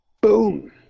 Boom